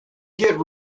get